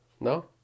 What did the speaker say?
no